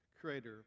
creator